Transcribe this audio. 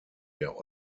der